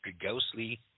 ghostly –